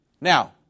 Now